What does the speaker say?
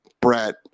Brett